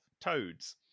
Toads